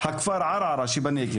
אל-שביטה.